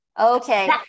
Okay